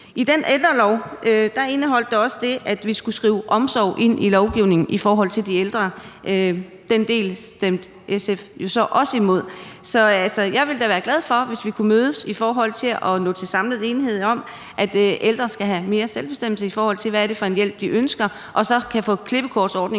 til ældrelov indeholdt også det, at vi skulle skrive »omsorg« ind i lovgivningen i forhold til de ældre. Den del stemte SF jo så også imod. Så jeg ville da være glad for, hvis vi så kunne mødes og nå til samlet enighed om, at ældre skal have mere selvbestemmelse, i forhold til hvad det er for en hjælp, de ønsker, og at vi så kunne få skrevet klippekortordningen